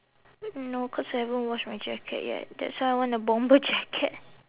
no cause I haven't wash my jacket yet that's why I want a bomber jacket